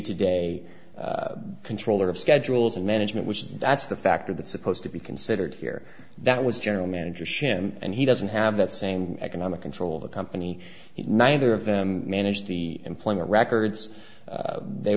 to day control of schedules and management which is that's the factor that's supposed to be considered here that was general manager shannon and he doesn't have that same economic control of the company neither of them managed the employment records they